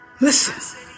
Listen